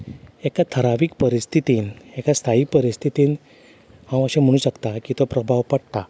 एका थरावीक परिस्थितीन एका स्थायी परिस्थितीन हांव अशें म्हणूं शकता की तो प्रभाव पडटा